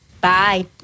Bye